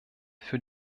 für